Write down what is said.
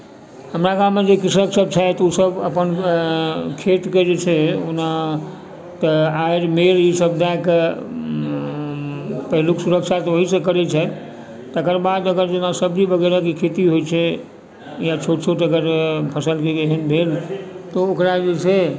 हमरा गाममे जे कृषक सब छथि ओ सब अपन खेतके जे छै ओना तऽ आरि मेड़ ई सब दए कऽ पहिलुक सुरक्षा तऽ ओहिसँ करै छथि तकर बाद ओकर जेना सब्जी वगैरहके खेती होइ छै या छोट छोट अगर फसलके एहन भेल तऽ ओकरा जे छै